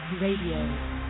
Radio